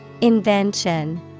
Invention